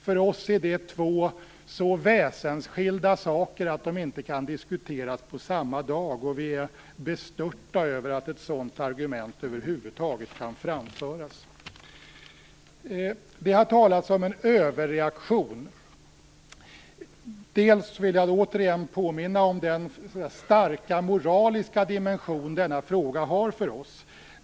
För oss är det två så väsensskilda saker att de inte kan diskuteras på samma dag. Vi är bestörta över att ett sådant argument över huvud taget kan framföras. Det har talats om en överreaktion. Till att börja med vill jag återigen påminna om den starka moraliska dimension denna fråga har för oss.